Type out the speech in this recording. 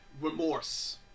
remorse